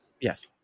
Yes